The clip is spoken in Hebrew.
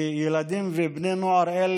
כי ילדים ובני נוער אלה,